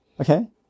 Okay